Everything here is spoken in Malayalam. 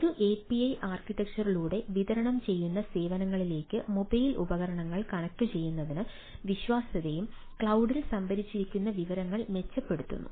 ഒരു API ആർക്കിടെക്ചറിലൂടെ വിതരണം ചെയ്യുന്ന സേവനങ്ങളിലേക്ക് മൊബൈൽ ഉപകരണങ്ങൾ കണക്റ്റുചെയ്യുന്നത് വിശ്വാസ്യതയും ക്ലൌഡിൽ സംഭരിച്ചിരിക്കുന്ന വിവരങ്ങളും മെച്ചപ്പെടുത്തുന്നു